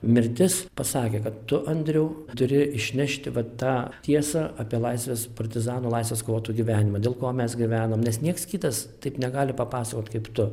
mirtis pasakė kad tu andriau turi išnešti va tą tiesą apie laisvės partizanų laisvės kovotojų gyvenimą dėl ko mes gyvenam nes nieks kitas taip negali papasakot kaip tu